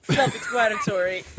Self-explanatory